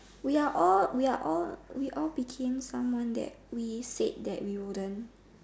we are all we are all we all became someone that we said that we wouldn't